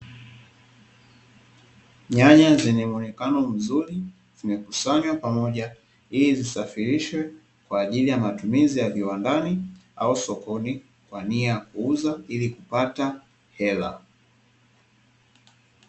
Nyanya zenye mwonekano mzuri zime kusanywa pamoja ili zisafirishwe kwa ajili ya matumizi ya viwandani au sokoni kwania ya kuuza ili kupata hela.